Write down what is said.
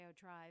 Drive